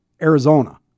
Arizona